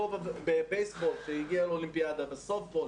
כובע בבייסבול שהגיע לאולימפיאדה בסופטבול,